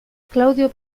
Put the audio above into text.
claudio